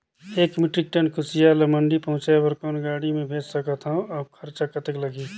एक metric ton कुसियार ल मंडी पहुंचाय बर कौन गाड़ी मे भेज सकत हव अउ खरचा कतेक लगही?